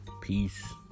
Peace